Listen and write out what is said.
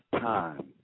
time